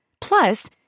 Plus